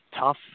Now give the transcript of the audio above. tough